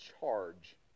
charge